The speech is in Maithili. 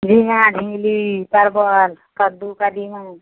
झिङ्गा झिँगली परवल कद्दू कदीमा